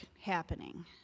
happening